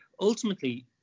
ultimately